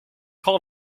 call